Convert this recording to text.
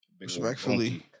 Respectfully